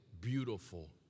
beautiful